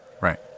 Right